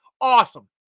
Awesome